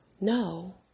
no